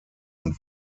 und